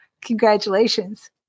Congratulations